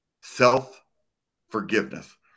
self-forgiveness